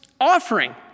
offering